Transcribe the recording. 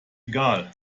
egal